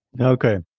Okay